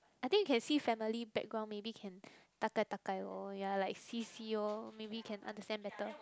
I think you can see family background maybe can 大概大概 lor ya like see see lor maybe can understand better